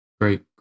Great